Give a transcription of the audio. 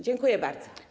Dziękuję bardzo.